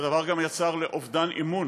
הדבר גם יצר אובדן אמון